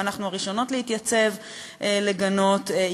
ואנחנו הראשונות להתייצב לגנות,